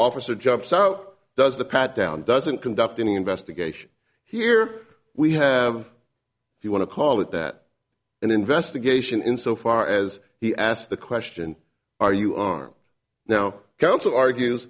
officer jumps out does the pat down doesn't conduct an investigation here we have if you want to call it that an investigation in so far as he asked the question are you armed now counsel argue